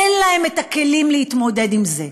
אין להם כלים להתמודד עם זה.